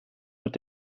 mit